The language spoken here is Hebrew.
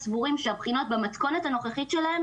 סבורים שהבחינות במתכונת הנוכחית שלהן